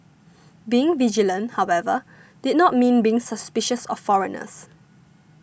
being vigilant however did not mean being suspicious of foreigners